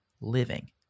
living